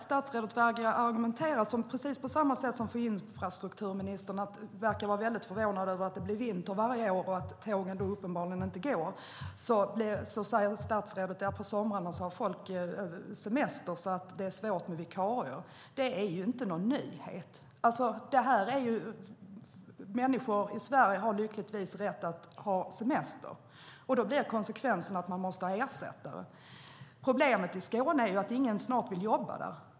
Statsrådet verkar argumentera på samma sätt som infrastrukturministern som varje år verkar förvånad över att det blir vinter och att tågen då uppenbarligen inte går. Statsrådet säger att folk har semester på somrarna och att det därför är svårt med vikarier. Det är inte någon nyhet. I Sverige har människor lyckligtvis rätt att ha semester. Då blir konsekvensen att man måste ha ersättare. Problemet i Skåne är att det snart inte är någon som vill jobba där.